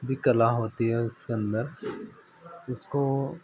भी कला होती है उसके अन्दर उसको